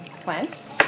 plants